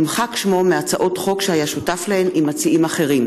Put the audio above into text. נמחק שמו מהצעות חוק שהיה שותף להן עם מציעים אחרים.